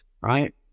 right